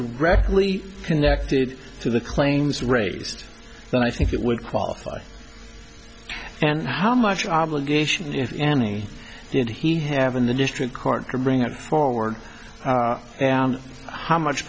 directly connected to the claims raised then i think it would qualify and how much obligation if any did he have in the district court to bring it forward and how much